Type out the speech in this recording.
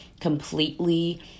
completely